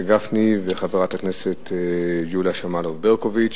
גפני וחברת הכנסת יוליה שמאלוב-ברקוביץ,